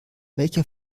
welcher